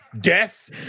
death